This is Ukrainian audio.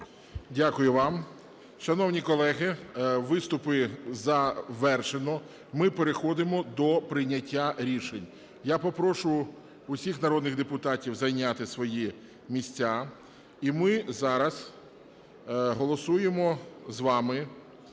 Дякую вам. Шановні колеги, виступи завершено. Ми переходимо до прийняття рішень. Я попрошу всіх народних депутатів зайняти свої місця, і ми зараз голосуємо з вами